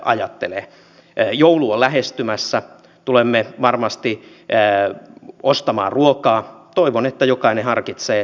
kuitenkin maassamme on yhä kattavammat tietoverkot joiden kapasiteetti tulee nykyisestäänkin nousemaan